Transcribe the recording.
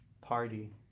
party